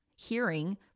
hearing